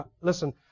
listen